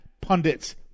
pundits